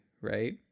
right